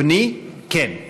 בניי, כן.